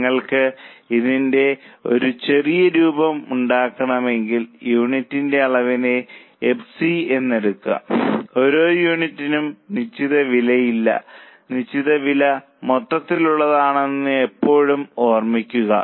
നിങ്ങൾക്ക് ഇതിന്റെ ഒരു ചെറിയ രൂപം ഉണ്ടാക്കണമെങ്കിൽ യൂണിറ്റിന്റെ അളവിനെ എഫ് സി എന്നെടുക്കാം ഓരോ യൂണിറ്റിനും നിശ്ചിത വിലയല്ല നിശ്ചിത വില മൊത്തത്തിലുള്ളതാണെന്ന് എപ്പോഴും ഓർമ്മിക്കുക